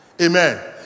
Amen